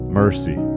mercy